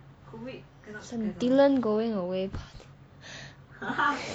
it's a dylan going away party